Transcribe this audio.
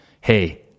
Hey